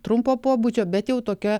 trumpo pobūdžio bet jau tokia